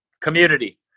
community